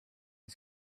and